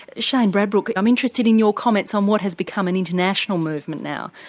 shane bradbrook, i'm interested in your comments on what has become an international movement now,